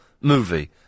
movie